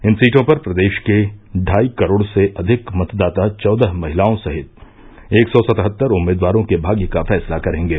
इन सीटों पर प्रदेश के ढाई करोड़ से अधिक मतदाता चौदह महिलाओं सहित एक सौ सतहत्तर उम्मीदवारों के भाग्य का फैंसला करेंगे